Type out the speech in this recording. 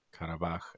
Karabakh